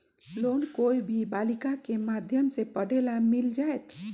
Loan कोई भी बालिका के माध्यम से पढे ला मिल जायत?